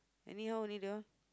anyhow only they all